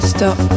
Stop